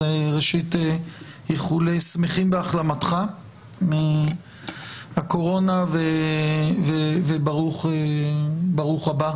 אז ראשית, שמחים בהחלמתך מהקורונה וברוך הבא